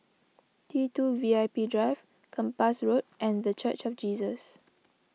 T two V I P Drive Kempas Road and the Church of Jesus